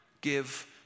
Give